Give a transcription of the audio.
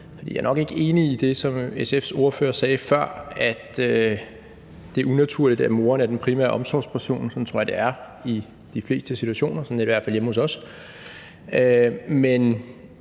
Jeg er nok ikke enig i det, som SF's ordfører sagde før, om, at det er unaturligt, at moren er den primære omsorgsperson. Sådan tror jeg det er i de fleste situationer, sådan er det i hvert fald hjemme hos os, men